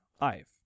IVE